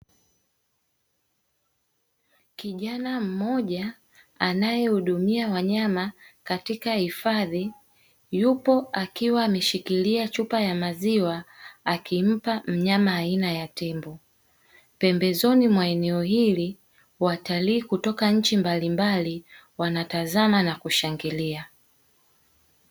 Kijana mmoja anayehudumia wanyama katika hifadhi, yupo akiwa ameshikilia chupa ya maziwa akimpa mnyama aina ya tembo. Pembezoni mwa eneo hili watalii kutoka nchi mbalimbali wanatazama na kushangilia.